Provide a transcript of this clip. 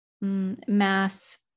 mass